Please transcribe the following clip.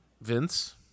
Vince